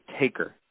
taker